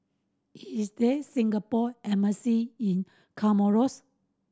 is there a Singapore Embassy in Comoros